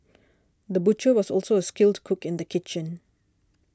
the butcher was also a skilled cook in the kitchen